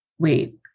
Wait